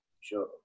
Sure